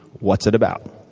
what's it about?